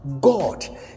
God